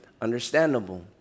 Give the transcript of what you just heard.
understandable